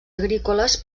agrícoles